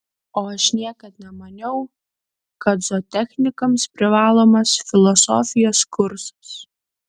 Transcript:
o aš niekad nemaniau kad zootechnikams privalomas filosofijos kursas